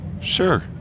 Sure